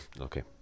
Okay